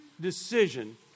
decision